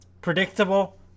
predictable